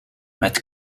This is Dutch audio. met